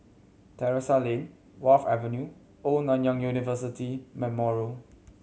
Terrasse Lane Wharf Avenue Old Nanyang University Memorial